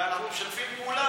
ואנחנו משתפים פעולה